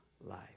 life